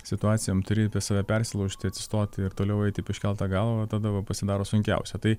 situacijom turi apie save persilaužti atsistoti ir toliau eiti taip iškelta galva tada va pasidaro sunkiausia tai